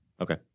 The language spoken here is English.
Okay